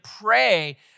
pray